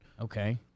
Okay